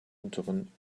unteren